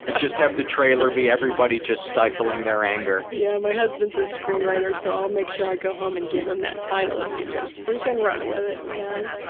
and just have the trailer be everybody just stifling their anger. yeah. my husband's a and screenwriter, so i'll make sure i go home and give him that title. he can just freakin' run with it, man.